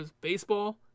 baseball